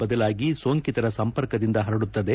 ಬದಲಾಗಿ ಸೋಂಕಿತರ ಸಂಪರ್ಕದಿಂದ ಹರಡುತ್ತದೆ